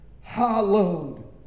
Hallowed